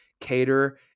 cater